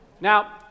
Now